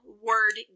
word